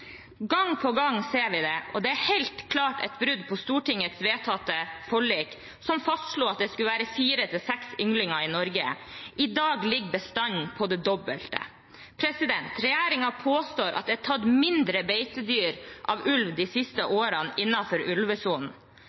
Gang på gang ser vi det, og det er helt klart et brudd på Stortingets vedtatte forlik, som fastslo at det skulle være 4–6 ynglinger i Norge. I dag ligger bestanden på det dobbelte. Regjeringen påstår at det er tatt færre beitedyr av ulv de siste årene innenfor ulvesonen.